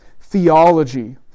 theology